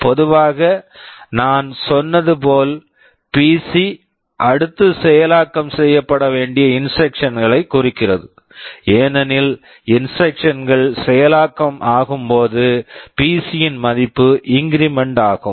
பொதுவாக நான் சொன்னது போல் பிசி PC அடுத்து செயலாக்கம் செய்யப்பட வேண்டிய இன்ஸ்ட்ரக்க்ஷன்ஸ் Instructions ஐ குறிக்கிறது ஏனெனில் இன்ஸ்ட்ரக்க்ஷன்ஸ் Instructions கள் செயலாக்கம் ஆகும் போது பிசி PC யின் மதிப்பு இங்கிரிமென்ட் increment ஆகும்